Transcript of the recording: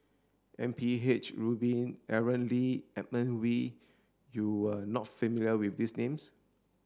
M P H Rubin Aaron Lee Edmund Wee you are not familiar with these names